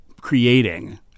creating